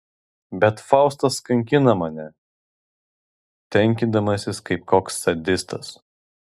bet faustas kankina mane tenkindamasis kaip koks sadistas